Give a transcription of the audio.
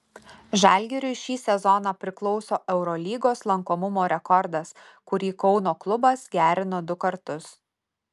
žalgiriui šį sezoną priklauso eurolygos lankomumo rekordas kurį kauno klubas gerino du kartus